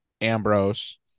Ambrose